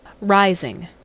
Rising